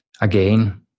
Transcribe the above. again